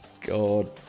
god